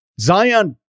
Zion